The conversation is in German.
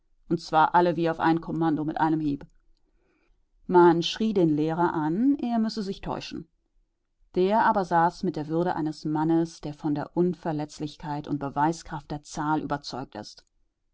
und zwar alle wie auf kommando mit einem hieb man schrie den lehrer an er müsse sich täuschen der aber saß mit der würde eines mannes der von der unverletzlichkeit und beweiskraft der zahl überzeugt ist